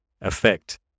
effect